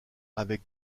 avec